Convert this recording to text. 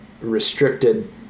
restricted